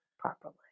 Properly